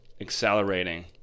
accelerating